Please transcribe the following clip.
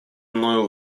мною